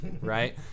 Right